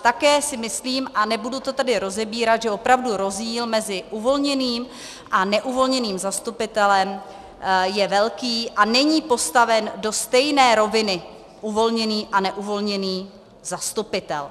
Také si myslím, a nebudu to tady rozebírat, že opravdu rozdíl mezi uvolněným a neuvolněným zastupitelem je velký a není postaven do stejné roviny uvolněný a neuvolněný zastupitel.